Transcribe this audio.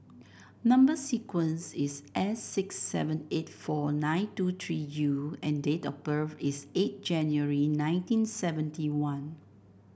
number sequence is S six seven eight four nine two three U and date of birth is eight January nineteen seventy one